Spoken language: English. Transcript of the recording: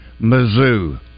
Mizzou